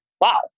wow